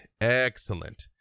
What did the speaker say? Excellent